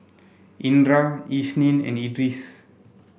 Indra Isnin and Idris